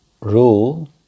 rule